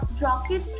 Rocket